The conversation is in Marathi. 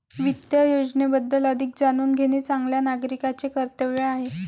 वित्त योजनेबद्दल अधिक जाणून घेणे चांगल्या नागरिकाचे कर्तव्य आहे